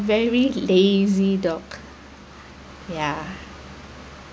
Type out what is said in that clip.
very lazy dog ya